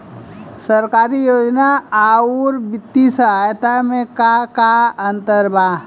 सरकारी योजना आउर वित्तीय सहायता के में का अंतर बा?